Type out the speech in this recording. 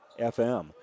FM